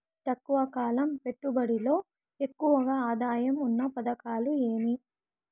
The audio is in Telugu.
తక్కువ కాలం పెట్టుబడిలో ఎక్కువగా ఆదాయం ఉన్న పథకాలు ఏమి?